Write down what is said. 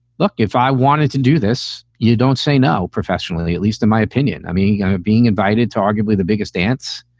look, if i wanted to do this, you don't say no professionally, at least in my opinion. i mean, you being invited to arguably the biggest dance.